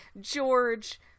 George